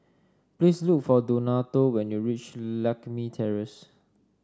please look for Donato when you reach Lakme Terrace